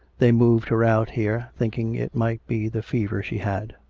they moved her out here, thinking it might be the fever she had.